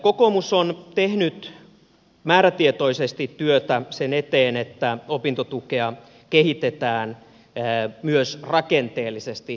kokoomus on tehnyt määrätietoisesti työtä sen eteen että opintotukea kehitetään myös rakenteellisesti